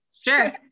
Sure